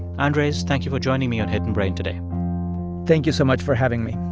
andres, thank you for joining me on hidden brain today thank you so much for having me